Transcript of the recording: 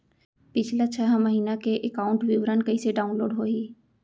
पिछला छः महीना के एकाउंट विवरण कइसे डाऊनलोड होही?